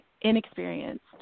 inexperienced